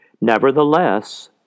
Nevertheless